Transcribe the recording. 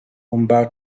umbau